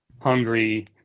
hungry